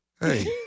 Hey